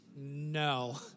no